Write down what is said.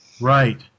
Right